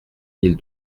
mille